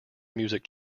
music